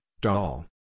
doll